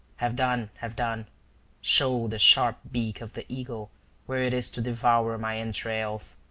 have done have done show the sharp beak of the eagle where it is to devour my entrails.